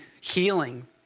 healing